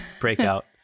Breakout